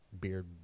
beard